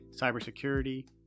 cybersecurity